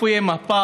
איפה יהיה מהפך.